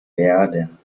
werden